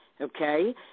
okay